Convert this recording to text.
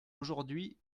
aujourd’hui